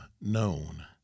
known